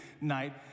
night